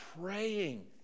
praying